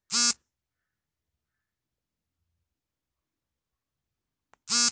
ದೇಣಿಗೆಯನ್ನು ಹಣ ಅಥವಾ ಸರಕಿನ ರೂಪದಲ್ಲಿ ಬೇಕಾದರೂ ನೀಡಬೋದು